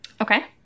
okay